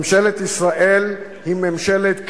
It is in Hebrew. ממשלת ישראל היא ממשלת כאילו,